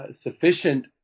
sufficient